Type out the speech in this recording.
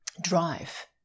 drive